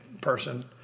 person